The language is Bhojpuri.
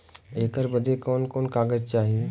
ऐकर बदे कवन कवन कागज चाही?